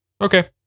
Okay